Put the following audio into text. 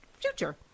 future